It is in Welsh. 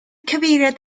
cyfeiriad